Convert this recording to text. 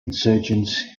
insurgents